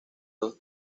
dos